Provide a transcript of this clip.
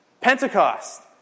Pentecost